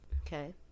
Okay